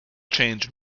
change